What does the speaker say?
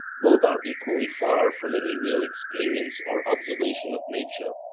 both are equally far from any real experience or observation of nature.